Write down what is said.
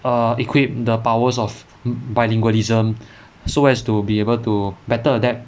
err equip the powers of bilingualism so as to be able to better adapt